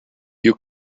you